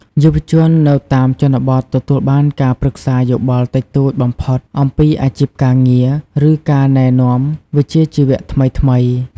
យុវជននៅតាមជនបទទទួលបានការប្រឹក្សាយោបល់តិចតួចបំផុតអំពីអាជីពការងារ ឬការណែនាំវិជ្ជាជីវៈថ្មីៗ។